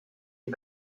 die